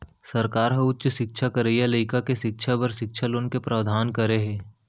सरकार ह उच्च सिक्छा करइया लइका के सिक्छा बर सिक्छा लोन के प्रावधान करे हे